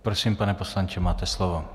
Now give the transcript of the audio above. Prosím, pane poslanče, máte slovo.